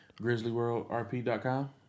GrizzlyWorldRP.com